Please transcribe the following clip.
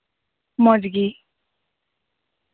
ᱢᱚᱡᱽ ᱜᱮ